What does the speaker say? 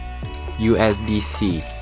USB-C